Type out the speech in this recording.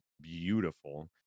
beautiful